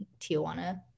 Tijuana